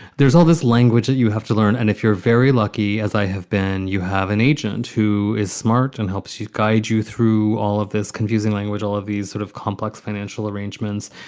there's all this language that you have to learn. and if you're very lucky, as i have been, you have an agent who is smart and helps you guide you through all of this confusing language, all of these sort of complex financial arrangements.